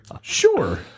Sure